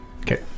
Okay